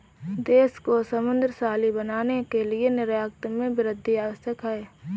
देश को समृद्धशाली बनाने के लिए निर्यात में वृद्धि आवश्यक है